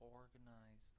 organize